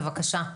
בבקשה.